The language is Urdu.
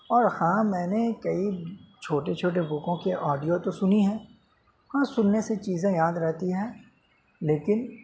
اور ہاں میں نے کئی چھوٹے چھوٹے بکوں کے آڈیو تو سنی ہیں ہاں سننے سے چیزیں یاد رہتی ہیں لیکن